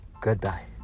Goodbye